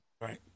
Right